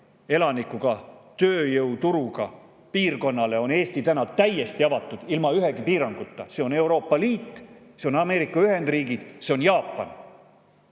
elanikuga piirkonnale on Eesti tööturuna täna täiesti avatud, ilma ühegi piiranguta. See on Euroopa Liit, see on Ameerika Ühendriigid, see on Jaapan.